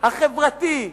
החברתי,